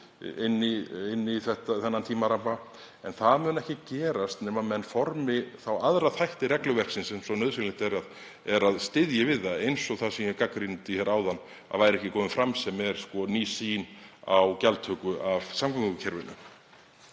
inn í þennan tímaramma en það mun ekki gerast nema menn formi þá aðra þætti regluverksins sem svo nauðsynlegt er að styðji við það, eins og það sem ég gagnrýndi áðan að væri ekki komið fram, sem er ný sýn á gjaldtöku af samgöngukerfinu.